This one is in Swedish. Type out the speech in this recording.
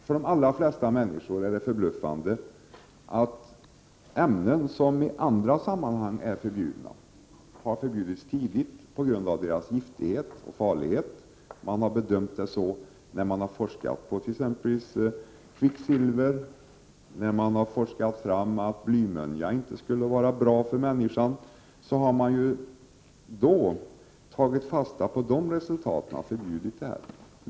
För de allra flesta människor är det förbluffande att ämnen som i andra sammanhang är förbjudna sedan länge på grund av sin giftighet och farlighet är tillåtna här. När forskningen visat att exempelvis kvicksilver eller blymönja inte skulle vara bra för människan, har man tagit fasta på de resultaten och förbjudit dessa ämnen.